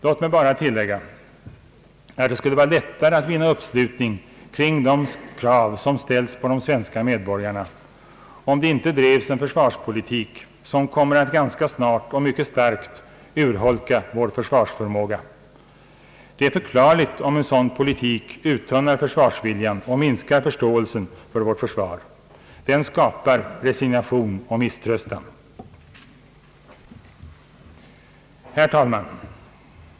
Låt mig bara tillägga att det skulle vara lättare att vinna uppslutning kring de krav, som ställs på de svenska medborgarna, om det inte drevs en försvarspolitik, som kommer att ganska snart och mycket starkt urholka vår försvarsförmåga. Det är förklarligt om en sådan politik uttunnar försvarsviljan och minskara förståelsen för vårt försvar. Den skapar resignation och misströstan. Herr talman!